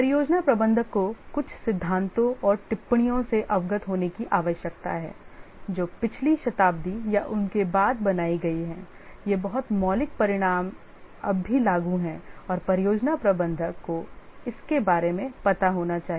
परियोजना प्रबंधक को कुछ सिद्धांतों और टिप्पणियों से अवगत होने की आवश्यकता है जो पिछली शताब्दी या उसके बाद बनाई गई हैं ये बहुत मौलिक परिणाम अब भी लागू हैं और परियोजना प्रबंधक को इसके बारे में पता होना चाहिए